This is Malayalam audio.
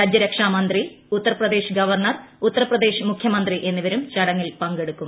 രാജൃരക്ഷാ മന്ത്രി ഉത്തർപ്രദേശ് ഗവർണർ ഉത്തർപ്രദേശ് മുഖ്യമന്ത്രി എന്നിവരും ചടങ്ങിൽ പങ്കെടുക്കും